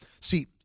see